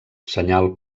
senyal